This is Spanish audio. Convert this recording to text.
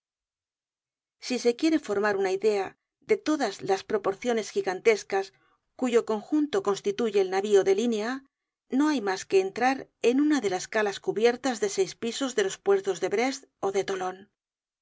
si se quiere formar una idea de todas las proporciones gigantescas cuyo conjunto constituye el navio de línea no hay mas que entrar en una de las calas cubiertas de seis pisos de los puertos de brest ó de tolon